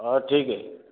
ହେଉ ଠିକ